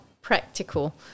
practical